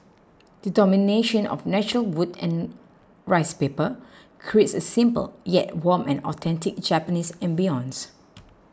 the domination of natural wood and rice paper creates a simple yet warm and authentic Japanese ambience